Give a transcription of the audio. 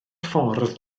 ffordd